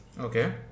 Okay